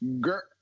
girl